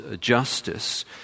justice